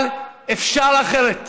אבל אפשר אחרת.